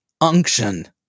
unction